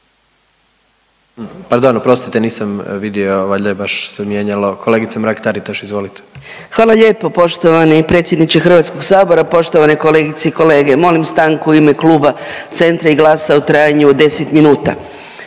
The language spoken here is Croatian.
Pardon oprostite nisam vidio valjda je baš se mijenjalo, kolegice Mrak Taritaš izvolite. **Mrak-Taritaš, Anka (GLAS)** Hvala lijepo poštovani predsjedniče Hrvatskog sabora. Poštovane kolegice i kolege, molim stanku u ime Kluba Centra i GLAS-a u trajanju od 10 minuta.